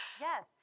yes